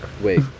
Wait